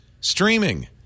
streaming